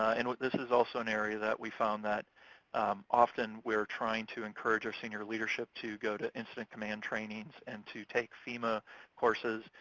and this is also an area that we found that often we're trying to encourage our senior leadership to go to incident command trainings and to take fema courses.